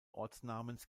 ortsnamens